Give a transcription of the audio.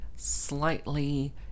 Slightly